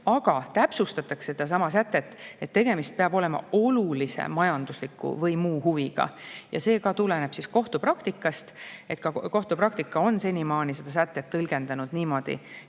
täpsustatakse, [lisades], et tegemist peab olema olulise majandusliku või muu huviga. See tuleneb ka kohtupraktikast. Kohtupraktikas on senimaani seda sätet tõlgendatud niimoodi,